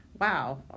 wow